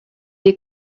des